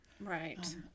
right